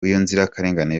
nzirakarengane